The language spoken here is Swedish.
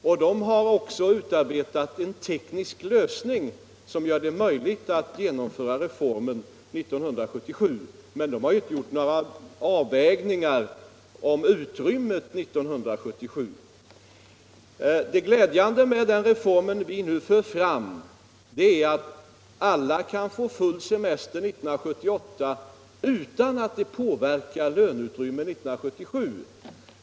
Kommittén har också utarbetat 13 Om tidpunkten för en teknisk lösning, som gör det möjligt att genomföra reformen 1977. Men kommittén har ju inte gjort några avvägningar rörande löneutrymmet 1977. Det glädjande med den reform vi nu för fram är att alla kan få full semester 1978 utan att det påverkar löneutrymmet 1977.